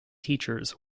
teachers